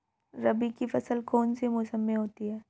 रबी की फसल कौन से मौसम में होती है?